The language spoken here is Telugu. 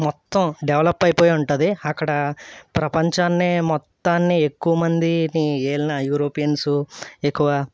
మొత్తం డెవలప్ అయిపోయి ఉంటుంది అక్కడ ప్రపంచాన్నే మొత్తాన్నే ఎక్కువ మందిని ఏలిన యూరోపియన్సు ఎక్కువ